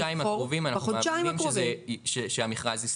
בחודשיים הקרובים אני מאמין שהמכרז יסתיים.